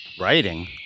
Writing